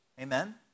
Amen